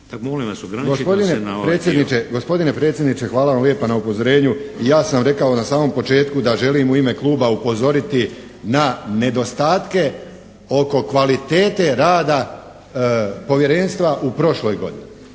na ovaj dio. **Trgovčević, Pejo (HSP)** Gospodine predsjedniče! Hvala vam lijepa na upozorenju. Ja sam rekao na samom početku da želim u ime kluba upozoriti na nedostatke oko kvalitete rada povjerenstva u prošloj godini.